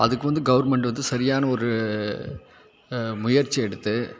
அதுக்கு வந்து கவர்மெண்ட்டு வந்து சரியான ஒரு முயற்சி எடுத்து